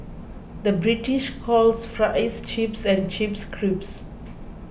the British calls Fries Chips and Chips Crisps